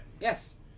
Yes